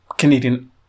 Canadian